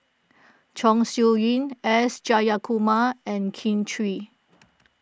Chong Siew Ying S Jayakumar and Kin Chui